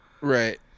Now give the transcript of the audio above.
Right